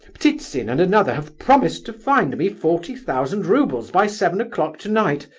ptitsin and another have promised to find me forty thousand roubles by seven o'clock tonight.